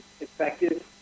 effective